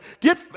get